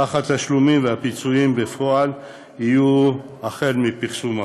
אך התשלומים והפיצויים בפועל יהיו החל מפרסום החוק.